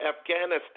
Afghanistan